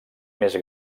més